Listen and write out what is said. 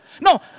No